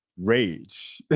rage